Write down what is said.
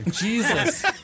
Jesus